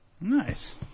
Nice